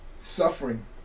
suffering